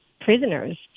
prisoners